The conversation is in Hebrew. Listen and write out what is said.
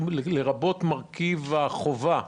לרבות מרכיב החובה?